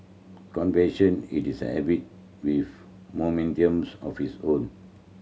it is a habit with momentum of its own